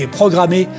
programmé